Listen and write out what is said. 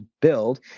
build